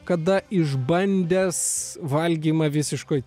kada išbandęs valgymą visiškoj